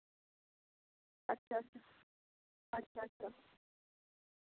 ᱟᱪᱪᱷᱟ ᱟᱪᱪᱷᱟ ᱟᱪᱪᱷᱟ